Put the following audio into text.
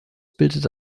bildet